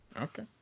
Okay